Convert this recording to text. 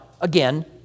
again